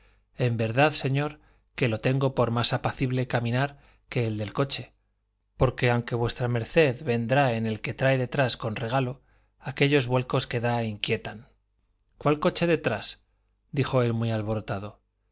en verdad señor que lo tengo por más apacible caminar que el del coche porque aunque v md vendrá en el que trae detrás con regalo aquellos vuelcos que da inquietan cuál coche detrás dijo él muy alborotado